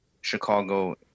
Chicago